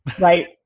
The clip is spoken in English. Right